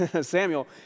Samuel